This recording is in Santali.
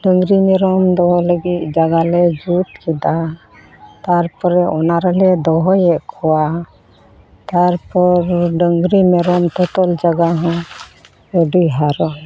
ᱰᱟᱹᱝᱨᱤ ᱢᱮᱨᱚᱢ ᱫᱚᱦᱚ ᱞᱟᱹᱜᱤᱫ ᱡᱟᱜᱟᱞᱮ ᱡᱩᱛ ᱠᱮᱫᱟ ᱛᱟᱨᱯᱚᱨᱮ ᱚᱱᱟ ᱨᱮᱞᱮ ᱫᱚᱦᱚᱭᱮᱫ ᱠᱚᱣᱟ ᱛᱟᱨᱯᱚᱨ ᱰᱟᱹᱝᱨᱤ ᱢᱮᱨᱚᱢ ᱛᱚᱛᱚᱞ ᱡᱟᱜᱟ ᱦᱚᱸ ᱟᱹᱰᱤ ᱦᱟᱨᱚᱱ